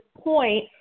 point